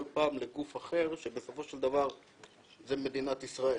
פעם לגוף אחר שבסופו של דבר זה מדינת ישראל.